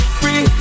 free